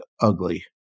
ugly